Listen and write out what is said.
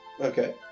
Okay